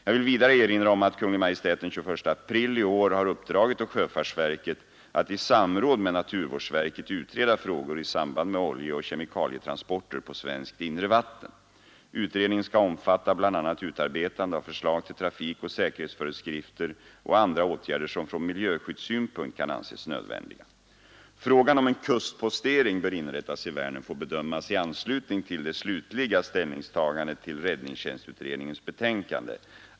Jag vill vidare erinra om att Kungl. Maj:t den 21 april i år har uppdragit åt sjöfartsverket att i samråd med naturvårdsverket utreda frågor i samband med oljeoch kemikalietransporter på svenskt inre vatten. Utredningen skall omfatta bl.a. utarbetande av förslag till trafikoch säkerhetsföreskrifter och andra åtgärder som från miljöskyddssynpunkt kan anses nödvändiga. Frågan om en kustpostering bör inrättas i Vänern får bedömas i anslutning till det slutliga ställningstagandet till räddningstjänstutredningens betänkande.